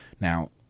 Now